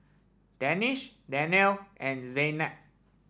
Danish Danial and Zaynab